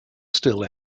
still